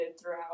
throughout